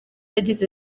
yagize